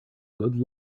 good